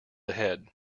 ahead